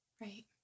right